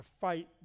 fight